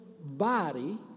body